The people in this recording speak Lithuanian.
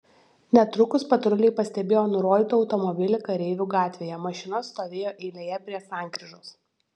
netrukus patruliai pastebėjo nurodytą automobilį kareivių gatvėje mašina stovėjo eilėje prie sankryžos